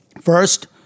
First